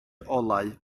olau